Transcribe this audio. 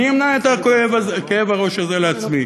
אני אמנע את כאב הראש הזה לעצמי.